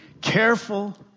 Careful